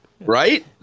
Right